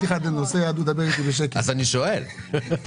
היום